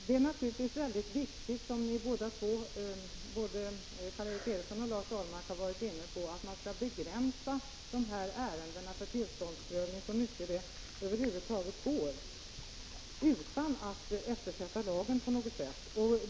Det är naturligtvis mycket viktigt att man — och det har både Lars Ahlmark och Karl Erik Eriksson varit inne på — skall begränsa ärendena om tillståndsprövning så mycket det över huvud taget går utan att lagen på något sätt eftersätts.